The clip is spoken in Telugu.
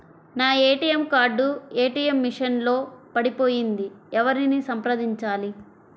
నా ఏ.టీ.ఎం కార్డు ఏ.టీ.ఎం మెషిన్ లో పడిపోయింది ఎవరిని సంప్రదించాలి?